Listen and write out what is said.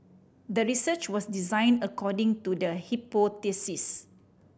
the research was designed according to the hypothesis